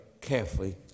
carefully